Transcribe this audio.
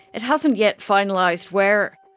it hasn't yet finalised where.